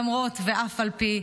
למרות ואף על פי,